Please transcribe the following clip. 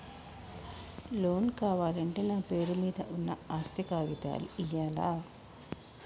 Loan కావాలంటే నా పేరు మీద ఉన్న ఆస్తి కాగితాలు ఇయ్యాలా?